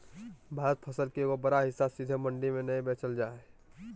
भारतीय फसल के एगो बड़ा हिस्सा सीधे मंडी में नय बेचल जा हय